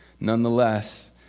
Nonetheless